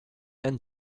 and